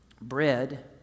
bread